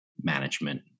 management